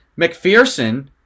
McPherson